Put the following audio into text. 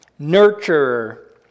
nurturer